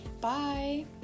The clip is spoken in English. bye